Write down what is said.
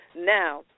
now